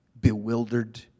bewildered